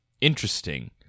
Interesting